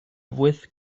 with